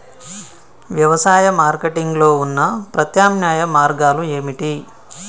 వ్యవసాయ మార్కెటింగ్ లో ఉన్న ప్రత్యామ్నాయ మార్గాలు ఏమిటి?